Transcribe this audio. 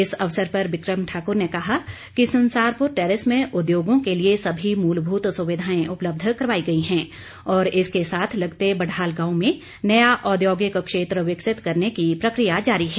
इस अवसर पर बिक्रम ठाकुर ने कहा कि संसारपुर टेरेस में उद्योगों के लिए सभी मुलभूत सुविधाएं उपलब्ध करवाई गई हैं और इसके साथ लगते बढ़ाल गांव में नया औद्योगिक क्षेत्र विकसति करने की प्रक्रिया जारी है